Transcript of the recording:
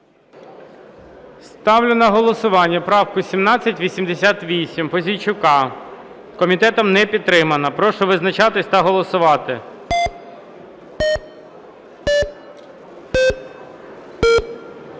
Ставлю на голосування 128 правку. Комітетом не підтримана. Прошу визначатись та голосувати.